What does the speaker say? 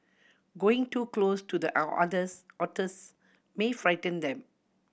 going too close to the otters may frighten them